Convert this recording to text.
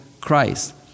Christ